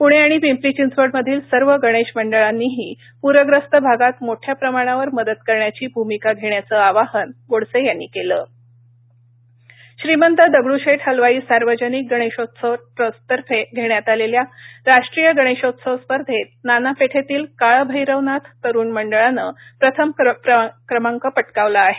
प्णे आणि पिंपरी चिंचवडमधील सर्व गणेश मंडळांनीही प्रग्रस्त भागात मोठ्या प्रमाणावर मदत करण्याची भूमिका घेण्याचं आवाहन गोडसे यांनी केलं श्रीमंत दगडूशेठ हलवाई सार्वजनिक गणेशोत्सव ट्रस्टतर्फे घेण्यात आलेल्या राष्ट्रीय गणेशोत्सव स्पर्धेत नाना पेठेतील काळभैरवनाथ तरुण मंडळानं प्रथम क्रमांक पटकावला आहे